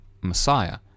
Messiah